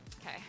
okay